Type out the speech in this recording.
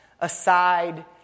aside